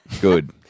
Good